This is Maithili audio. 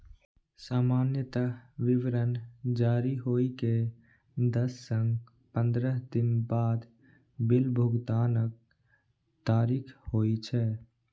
सामान्यतः विवरण जारी होइ के दस सं पंद्रह दिन बाद बिल भुगतानक तारीख होइ छै